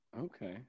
Okay